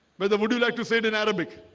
but the would you like to say it in arabic?